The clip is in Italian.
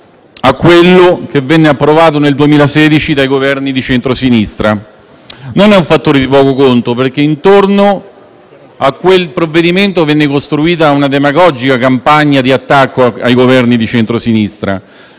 a quello che venne approvato nel 2016 dal Governo di centrosinistra. Non è un fattore di poco conto, perché intorno a quel provvedimento venne costruita una demagogica campagna di attacco al Governo di centrosinistra.